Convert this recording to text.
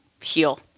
heal